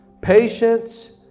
patience